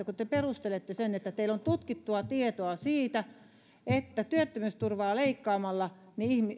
kun perustelette sen sillä että teillä on tutkittua tietoa siitä että työttömyysturvaa leikkaamalla